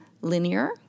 linear